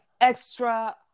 extra